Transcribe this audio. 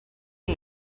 eve